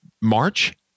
March